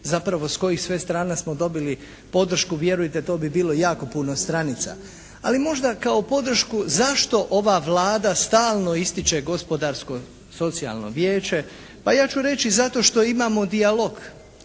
zapravo s kojih sve strana smo dobili podršku vjerujte to bi bilo jako puno stranica. Ali možda kao podršku zašto ova Vlada stalno ističe Gospodarsko-socijalno vijeće? Pa ja ću reći zato što imamo dijalog.